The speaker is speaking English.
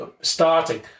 starting